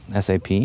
SAP